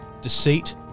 deceit